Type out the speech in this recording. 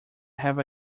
have